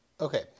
Okay